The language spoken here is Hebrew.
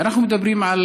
אנחנו מדברים על